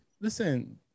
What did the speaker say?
listen